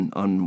on